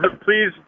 Please